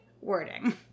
wording